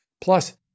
Plus